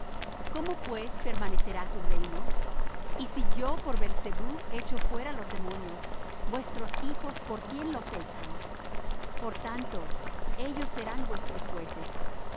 cómo pues permanecerá su reino y si yo por beelzebub echo fuera los demonios vuestros hijos por quién los echan por tanto ellos serán vuestros jueces